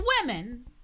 women